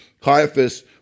Caiaphas